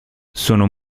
sono